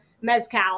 mezcal